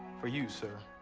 for you, sir.